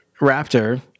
raptor